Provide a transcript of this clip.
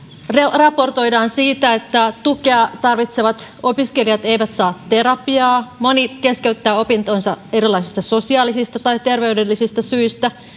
raportoidaan myös siitä että tukea tarvitsevat opiskelijat eivät saa terapiaa moni keskeyttää opintonsa erilaisista sosiaalisista tai terveydellisistä syistä